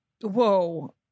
Whoa